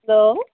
hello